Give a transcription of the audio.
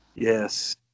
Yes